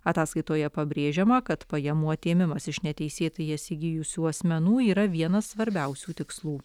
ataskaitoje pabrėžiama kad pajamų atėmimas iš neteisėtai jas įgijusių asmenų yra vienas svarbiausių tikslų